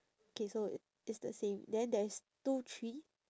okay so it's the same then there is two tree